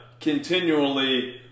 continually